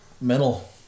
mental